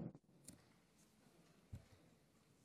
יש לך שלוש דקות.